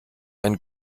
einen